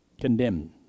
condemn